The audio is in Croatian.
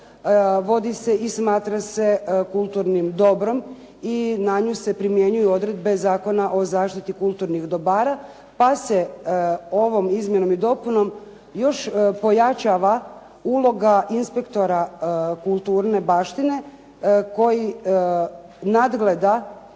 vodi se i smatra se kulturnim dobrom i na nju se primjenjuju odredbe zakona o zaštiti kulturnih dobara pa se ovom izmjenom i dopunom još pojačava uloga inspektora kulturne baštine koji nadgleda